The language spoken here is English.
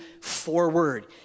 forward